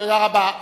תודה רבה.